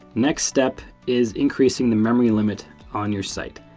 next step is increasing the memory limit on your site.